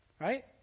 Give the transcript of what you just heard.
Right